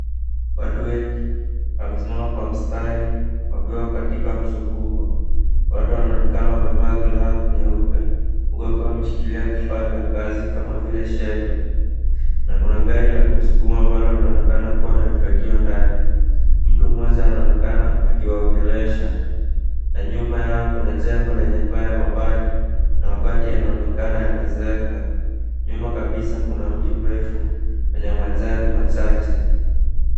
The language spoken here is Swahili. Watu wengi, wamesimama kwa mstari wakiwa katika mzunguko. Watu wanaonekana wamevaa glavu nyeupe, huku wakiwa wameshikilia vifaa vya kazi kama vile shepe. Na kuna gari la kusukuma ambalo linaonekana kuwa na vifagio ndani. Mtu mmoja anaonekana akiwaogelesha. Na nyuma yao kuna jengo lenye paa ya mabati. Na mabati yanaonekana yamezeeka. Nyuma kabisa kuna mti mrefu wenye majani machache.